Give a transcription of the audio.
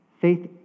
Faith